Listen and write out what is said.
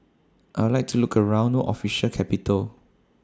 I Would like to Look around No Official Capital